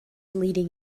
leading